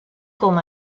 com